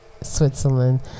Switzerland